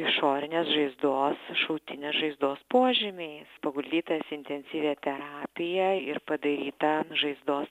išorinės žaizdos šautinės žaizdos požymiais paguldytas į intensyvią terapiją ir padarytą žaizdos